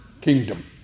kingdom